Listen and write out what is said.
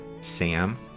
Sam